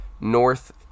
North